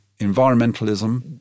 environmentalism